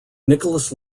nicholas